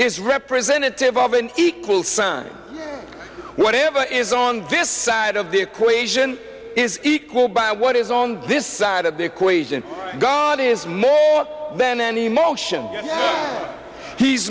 is representative of an equal sign whatever is on this side of the equation is equal by what is on this side of the equation god is more than an emotion he's